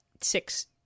six